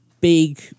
big